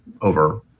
over